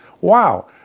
Wow